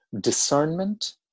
discernment